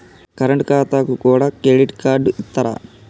Current ఖాతాకు కూడా credit card ఇత్తరా?